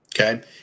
Okay